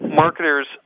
marketers